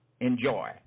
Enjoy